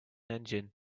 engine